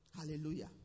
Hallelujah